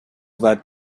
that